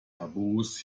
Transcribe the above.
taboos